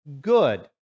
good